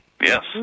Yes